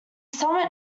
summit